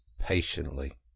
patiently